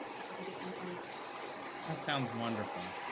that was a good thing for me. that sounds wonderful.